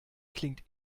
klingt